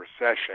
Recession